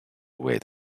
wait